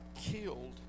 killed